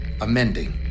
amending